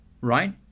Right